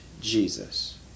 Jesus